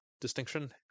distinction